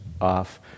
off